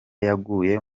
yaguye